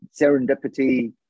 serendipity